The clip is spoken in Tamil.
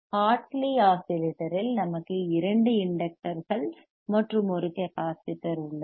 ஹார்ட்லி ஆஸிலேட்டரில் நமக்கு இரண்டு இண்டக்டர்கள் மற்றும் ஒரு கெப்பாசிட்டர் உள்ளது